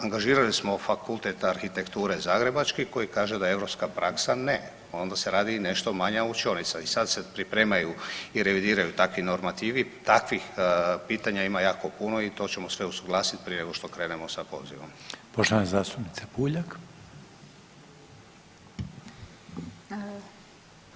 Angažirali smo Fakultet arhitekture zagrebački koji kaže da je europska praksa ne, onda se radi i nešto manja učionica i sad se pripremaju i revidiraju takvi normativi takvih pitanja ima jako puno i to ćemo sve usuglasit prije nego što krenemo sa pozivom.